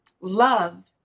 Love